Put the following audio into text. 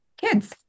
kids